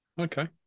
Okay